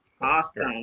Awesome